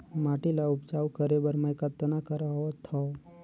माटी ल उपजाऊ करे बर मै कतना करथव?